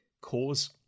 cause